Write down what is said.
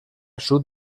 sud